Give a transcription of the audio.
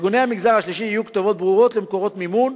לארגוני המגזר השלישי יהיו כתובות ברורות למקורות מימון,